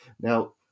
Now